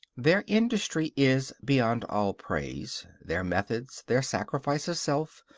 their industry is beyond all praise their methods, their sacrifice of self,